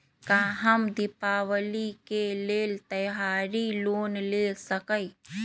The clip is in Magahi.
का हम दीपावली के लेल त्योहारी लोन ले सकई?